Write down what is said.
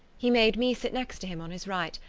he made me sit next to him on his right,